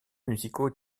musicaux